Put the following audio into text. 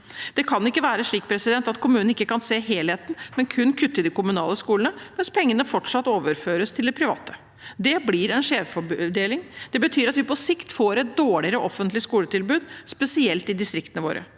Det kan ikke være slik at kommunene ikke kan se helheten, men kun kan kutte i de kommunale skolene, mens pengene fortsatt overføres til de private. Det blir en skjevfordeling. Det betyr at vi på sikt får et dårligere offentlig skoletilbud, spesielt i distriktene våre.